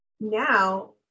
Now